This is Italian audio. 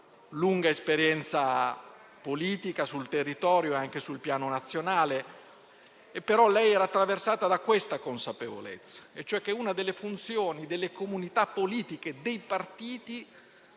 lunga esperienza politica, sul territorio e anche a livello nazionale. Però lei era attraversata dalla consapevolezza che una delle funzioni delle comunità politiche e dei partiti